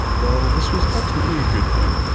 while this was ultimately a good thing,